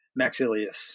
Maxilius